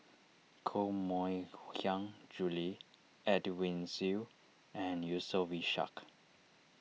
Koh Mui Hiang Julie Edwin Siew and Yusof Ishak